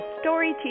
story